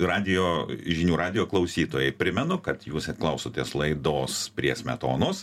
radijo žinių radijo klausytojai primenu kad jūs klausotės laidos prie smetonos